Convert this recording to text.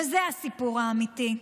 וזה הסיפור האמיתי.